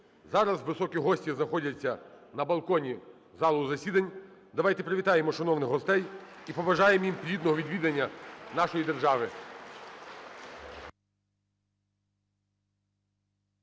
Зараз високі гості знаходяться на балконі залу засідань. Давайте привітаємо шановних гостей і побажаємо їм плідного відвідання нашої держави.